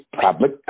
public